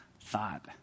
thought